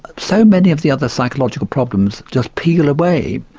so many of the other psychological problems just peel away.